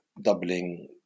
doubling